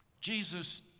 Jesus